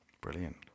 brilliant